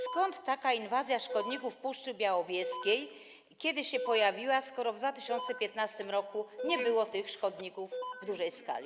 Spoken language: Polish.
Skąd taka inwazja szkodników w Puszczy Białowieskiej i kiedy się pojawiła, skoro w 2015 r. nie było tych szkodników w dużej skali?